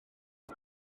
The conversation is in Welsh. dim